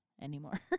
anymore